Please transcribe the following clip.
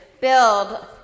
build